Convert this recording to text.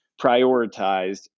prioritized